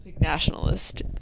nationalist